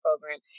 program